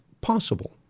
possible